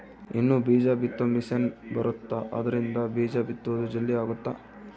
ಇನ್ನ ಬೀಜ ಬಿತ್ತೊ ಮಿಸೆನ್ ಬರುತ್ತ ಆದ್ರಿಂದ ಬೀಜ ಬಿತ್ತೊದು ಜಲ್ದೀ ಅಗುತ್ತ